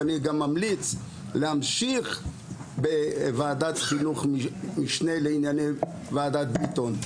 ואני גם ממליץ להמשיך בוועדת חינוך המשנה לענייני ועדת ביטון,